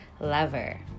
lover